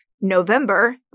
November